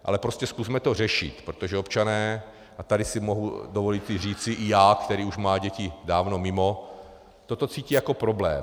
Ale prostě to zkusme řešit, protože občané a tady si mohu dovolit říci i já, který už má děti dávno mimo toto cítí jako problém.